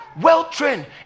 well-trained